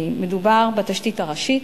מדובר בתשתית הראשית: